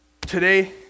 today